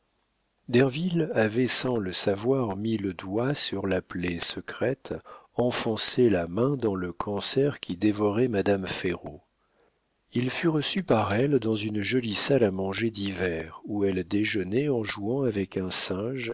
derville avait sans le savoir mis le doigt sur la plaie secrète enfoncé la main dans le cancer qui dévorait madame ferraud il fut reçu par elle dans une jolie salle à manger d'hiver où elle déjeunait en jouant avec un singe